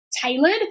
tailored